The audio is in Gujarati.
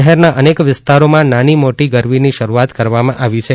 શહેરના અનેક વિસ્તારોમાં નાની મોટી ગરબીની શરૂઆત કરવામાં આવી છે